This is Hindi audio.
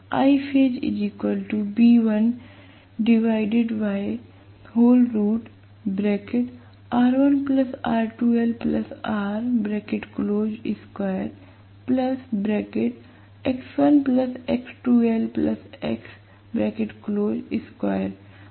तो यह I चरण होगा